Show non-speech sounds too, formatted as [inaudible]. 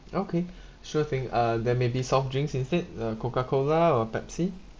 okay [breath] sure thing uh there may be soft drinks instead uh coca cola or pepsi